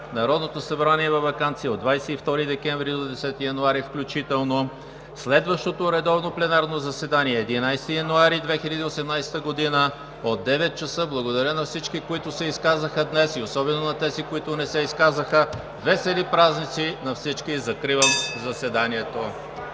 Народното събрание е във ваканция от 22 декември до 10 януари включително. Следващото редовно пленарно заседание – 11 януари 2018 г. от 9,00 ч. Благодаря на всички, които се изказаха днес, и особено на тези, които не се изказаха. Весели празници на всички! Закривам заседанието.